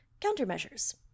countermeasures